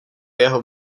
jeho